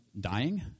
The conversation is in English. dying